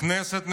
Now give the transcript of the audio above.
כנסת נכבדה,